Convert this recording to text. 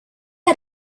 had